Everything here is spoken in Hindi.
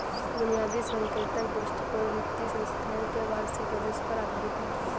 बुनियादी संकेतक दृष्टिकोण वित्तीय संस्थान के वार्षिक राजस्व पर आधारित है